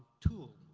tool.